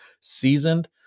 seasoned